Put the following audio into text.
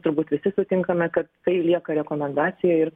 turbūt visi sutinkame kad tai lieka rekomendacija ir